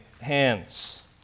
hands